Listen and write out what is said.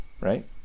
right